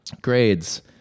grades